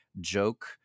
Joke